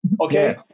Okay